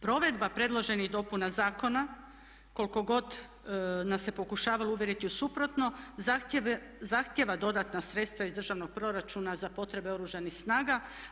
Provedba predloženih dopuna zakona koliko god nas se pokušavalo uvjeriti u suprotno zahtjeva dodatna sredstva iz državnog proračuna za potrebe Oružanih snaga.